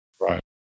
Right